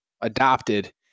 adopted